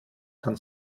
kann